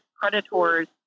predators